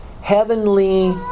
heavenly